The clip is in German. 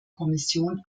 kommission